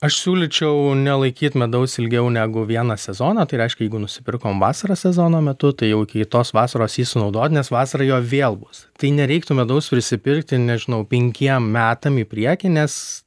aš siūlyčiau nelaikyt medaus ilgiau negu vieną sezoną tai reiškia jeigu nusipirkom vasaros sezono metu tai jau iki kitos vasaros jį sunaudot nes vasarą jo vėl bus tai nereiktų medaus prisipirkti nežinau penkiem metam į priekį nes